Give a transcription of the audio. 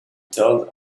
told